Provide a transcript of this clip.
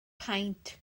paent